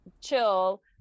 chill